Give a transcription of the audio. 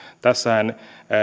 tässähän